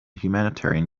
humanitarian